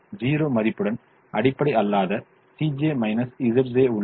0 மதிப்புடன் அடிப்படை அல்லாத உள்ளது